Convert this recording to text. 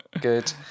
good